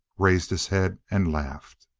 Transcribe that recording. raised his head, and laughed.